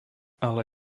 ale